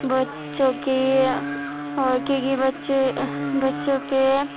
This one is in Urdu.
بچوں کی کیونکہ بچے بچوں پہ